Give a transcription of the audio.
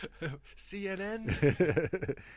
CNN